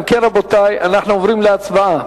אם כן, רבותי, אנחנו עוברים להצבעה.